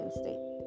state